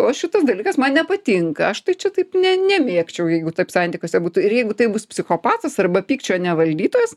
o šitas dalykas man nepatinka aš tai čia taip ne nemėgčiau jeigu taip santykiuose būtų ir jeigu tai bus psichopatas arba pykčio nevaldytojas